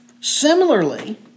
Similarly